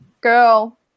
Girl